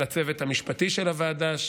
על הצוות המשפטי של הוועדה,